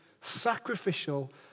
Sacrificial